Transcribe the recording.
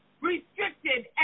restricted